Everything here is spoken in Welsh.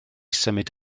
symud